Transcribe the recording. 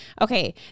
okay